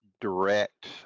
direct